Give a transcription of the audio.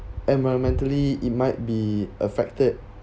environmentally it might be affected